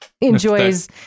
Enjoys